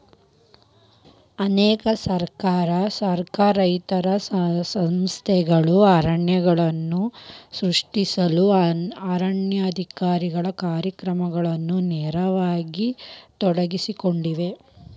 ಅನೇಕ ಸರ್ಕಾರಿ ಸರ್ಕಾರೇತರ ಸಂಸ್ಥೆಗಳು ಅರಣ್ಯಗಳನ್ನು ಸೃಷ್ಟಿಸಲು ಅರಣ್ಯೇಕರಣ ಕಾರ್ಯಕ್ರಮಗಳಲ್ಲಿ ನೇರವಾಗಿ ತೊಡಗಿಸಿಕೊಂಡಿವೆ